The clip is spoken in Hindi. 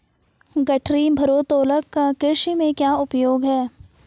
गठरी भारोत्तोलक का कृषि में क्या उपयोग है?